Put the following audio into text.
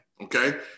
okay